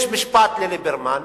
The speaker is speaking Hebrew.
יש משפט לליברמן.